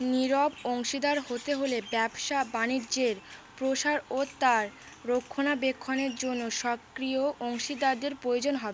নীরব অংশীদার হতে হলে ব্যবসা বাণিজ্যের প্রসার ও তার রক্ষণা বেক্ষণের জন্য সক্রিয় অংশীদারদের প্রয়োজন হবে